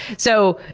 so,